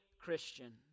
Christian